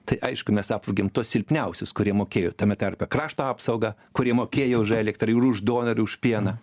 tai aišku mes apvogėm tuos silpniausius kurie mokėjo tame tarpe krašto apsaugą kuri mokėjo už elektrą ir už duoną ir už pieną